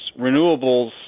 Renewables –